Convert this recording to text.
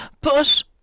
but—